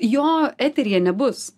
jo eteryje nebus